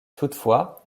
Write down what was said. toutefois